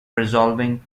resolving